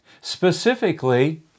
Specifically